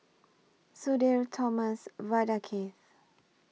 Sudhir Thomas Vadaketh